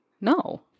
No